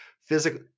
physical